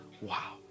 wow